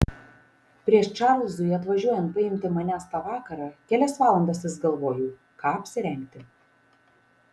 prieš čarlzui atvažiuojant paimti manęs tą vakarą kelias valandas vis galvojau ką apsirengti